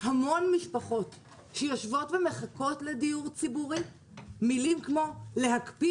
המון משפחות שיושבות ומחכות לדיור ציבורי מילים כמו להקפיא